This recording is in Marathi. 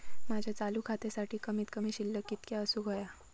माझ्या चालू खात्यासाठी कमित कमी शिल्लक कितक्या असूक होया?